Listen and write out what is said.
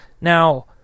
Now